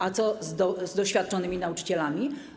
A co z doświadczonymi nauczycielami?